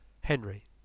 Henry